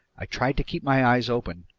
i tried to keep my eyes open,